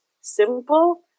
simple